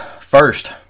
First